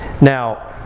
Now